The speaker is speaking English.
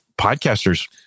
podcasters